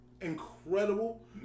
incredible